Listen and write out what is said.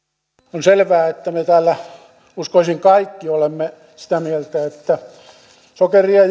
on selvää että me täällä uskoisin kaikki olemme sitä mieltä että sokeria